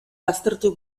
baztertu